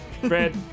Fred